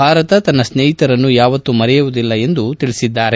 ಭಾರತ ತನ್ನ ಸ್ನೇಟಿತರನ್ನು ಯಾವತ್ತೂ ಮರೆಯುವುದಿಲ್ಲ ಎಂದು ತಿಳಿಸಿದ್ದಾರೆ